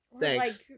Thanks